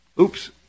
Oops